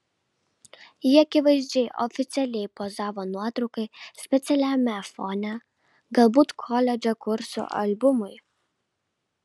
ji akivaizdžiai oficialiai pozavo nuotraukai specialiame fone galbūt koledžo kurso albumui